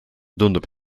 tundub